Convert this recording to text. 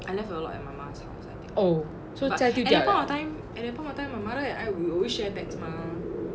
so 在旧家了